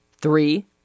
Three